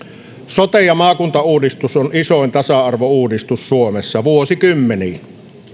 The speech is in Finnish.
sote ja maakuntauudistus on isoin tasa arvouudistus suomessa vuosikymmeniin